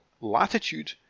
latitude